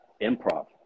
improv